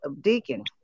deacon